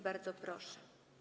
Bardzo proszę.